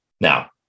Now